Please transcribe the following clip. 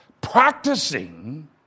practicing